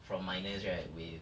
from minors right with